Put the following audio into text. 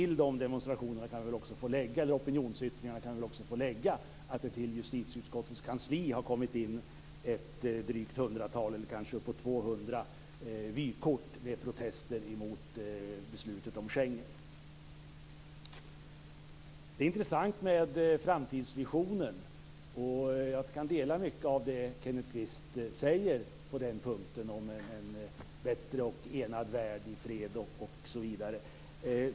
Till dessa opinionsyttringar kan jag få lägga att det till justitieutskottets kansli kommit in uppåt Det är intressanta framtidsvisioner. Jag kan dela mycket av det Kenneth Kvist säger på den punkten om en bättre och enad värld i fred osv.